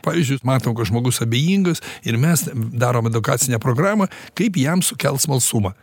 pavyzdžiui matom kad žmogus abejingas ir mes darom edukacinę programą kaip jam sukelt smalsumą